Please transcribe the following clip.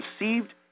received